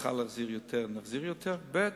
נוכל להחזיר יותר נחזיר יותר, ב.